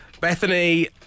Bethany